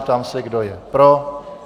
Ptám se, kdo je pro?